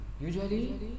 usually